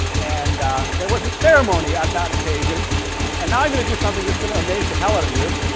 and there was a ceremony at that occasion and now i'm going to do something that's going to amaze the hell out of you,